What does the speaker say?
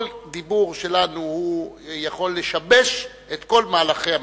כל דיבור שלנו יכול לשבש את כל מהלכי המשא-ומתן.